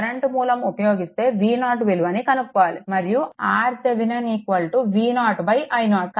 current మూలం ఉపయోగిస్తే V0 విలువను కనుక్కోవాలి మరియు RThevenin V0 i0